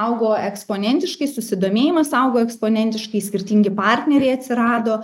augo eksponentiškai susidomėjimas augo eksponentiškai skirtingi partneriai atsirado